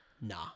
Nah